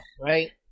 right